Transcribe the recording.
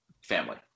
family